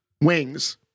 Wings